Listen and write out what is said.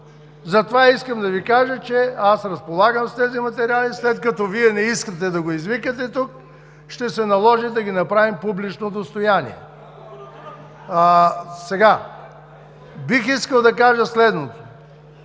Затова искам да Ви кажа, че аз разполагам с тези материали. След като Вие не искате да го извикате тук, ще се наложи да ги направим публично достояние. СТАНИСЛАВ ИВАНОВ (ГЕРБ, от